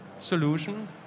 solution